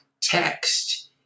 text